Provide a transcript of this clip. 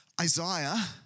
Isaiah